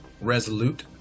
resolute